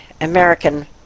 American